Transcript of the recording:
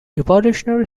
evolutionary